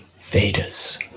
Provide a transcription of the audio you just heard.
Vedas